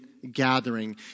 gathering